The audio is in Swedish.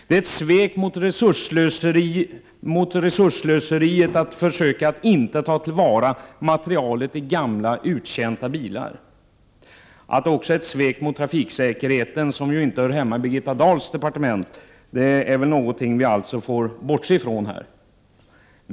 Det är också ett svek med tanke på det resursslöseri som det innebär att inte ta till vara materialet i gamla uttjänta bilar. Att det också är ett svek mot trafiksäkerheten, som ju inte hör hemma i Brigitta Dahls departement, får vi väl bortse från i denna debatt.